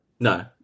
No